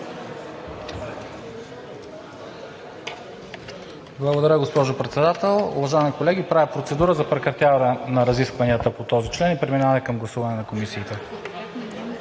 Благодаря, госпожо Председател. Уважаеми колеги! Правя процедура за прекратяване на разискванията по този член и преминаване към гласуване на комисиите.